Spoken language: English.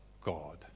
God